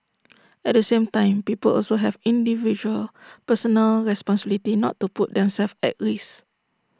at the same time people also have an individual personal responsibility not to put themselves at risk